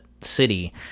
city